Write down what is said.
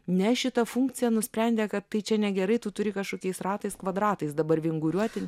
ne šita funkcija nusprendė kad tai čia negerai tu turi kažkokiais ratais kvadratais dabar vinguriuoti